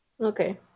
Okay